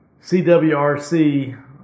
CWRC